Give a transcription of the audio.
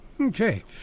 Okay